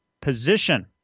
position